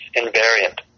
invariant